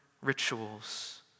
rituals